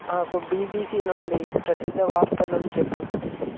నాకు బీబీసీ నుండి ప్రసిద్ధ వార్తలను చెప్పు